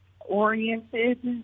oriented